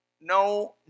No